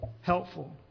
helpful